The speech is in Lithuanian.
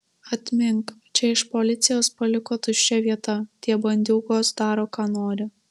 atmink čia iš policijos paliko tuščia vieta tie bandiūgos daro ką nori